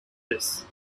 this